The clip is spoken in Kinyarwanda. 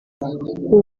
ubu